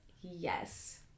yes